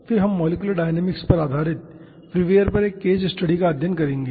फिर हम molecular dynamics पर आधारित फ्रीवेयर पर एक केस स्टडी का अभ्यास करेंगे